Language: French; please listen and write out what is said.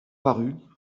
parut